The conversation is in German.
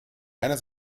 einer